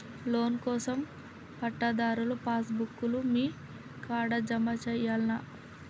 Loan కోసం పట్టాదారు passbook లు మీ కాడా జమ చేయల్నా?